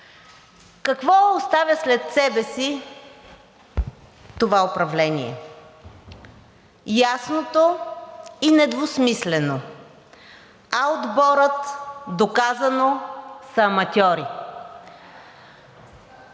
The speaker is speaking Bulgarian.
Какво оставя след себе си това управление? Ясното и недвусмислено – А отборът доказано са аматьори!